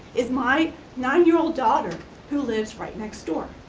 is my nine year old daughter who lives right next door.